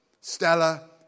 Stella